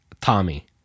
Tommy